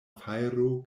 fajro